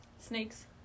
Snakes